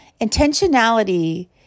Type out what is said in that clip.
intentionality